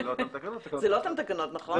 זה לא אותן תקנות, נכון?